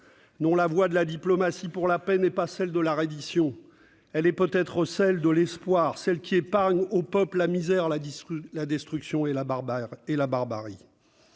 Non, la voie de la diplomatie pour la paix n'est pas celle de la reddition. Elle est peut-être celle de l'espoir, celle qui épargne aux peuples la misère, la destruction et la barbarie.